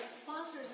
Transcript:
sponsors